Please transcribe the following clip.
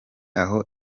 aho